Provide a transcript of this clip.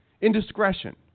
Indiscretion